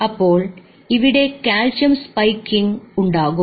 അപ്പോൾ ഇവിടെ calcium spiking ഉണ്ടാകും